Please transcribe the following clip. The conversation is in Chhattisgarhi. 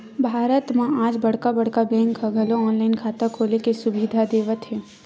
भारत म आज बड़का बड़का बेंक ह घलो ऑनलाईन खाता खोले के सुबिधा देवत हे